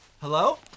Hello